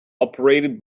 operated